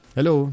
Hello